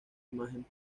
imagen